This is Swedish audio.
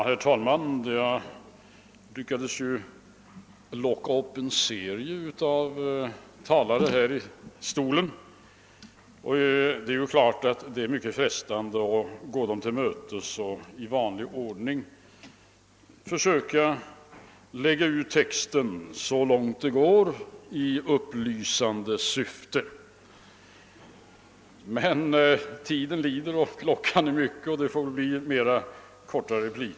Herr talman! Jag lyckades ju locka upp en serie ledamöter i talarstolen. Det är självfallet mycket frestande att gå dem till mötes och i vanlig ordning försöka lägga ut texten så utförligt som möjligt i upplysande syfte. Klockan är emellertid mycket, och det får väl mera bli fråga om korta repliker.